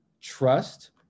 trust